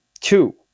two